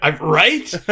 Right